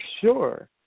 sure